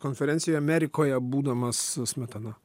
konferencijoje amerikoje būdamas smetona